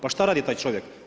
Pa šta radi taj čovjek?